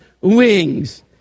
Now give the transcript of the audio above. wings